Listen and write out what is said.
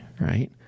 right